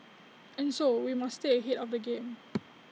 and so we must stay ahead of the game